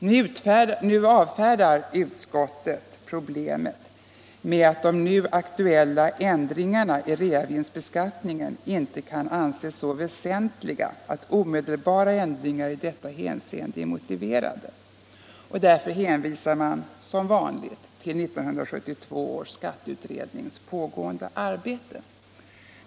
Utskottet avfärdar problemet med att de nu aktuella ändringarna i reavinstbeskattningen inte kan anses så väsentliga att omedelbara ändringar i detta hänseende är motiverade och hänvisar — som vanligt — till pågående utredning, i detta fall 1972 års skatteutredning.